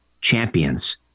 champions